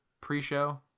pre-show